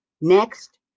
Next